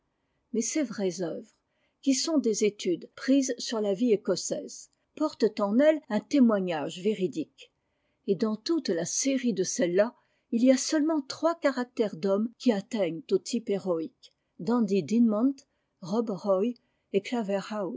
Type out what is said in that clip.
mais ses vraies œuvres qui sont des études prises sur la vie écossaise portent en elles un témoignage véridique et dans toute la série de celles-là il y a seulement trois caractères d'hommes qui atteignent au type héroïque dandie dinmont rob roy et